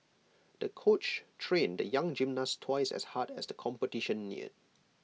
the coach trained the young gymnast twice as hard as the competition neared